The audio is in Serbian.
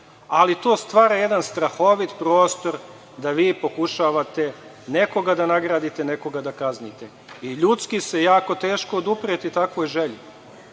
ali to stvara jedan strahovit prostor da vi pokušavate nekoga da nagradite a nekoga da kaznite. I ljudski je jako teško odupreti se takvoj želji.